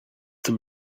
them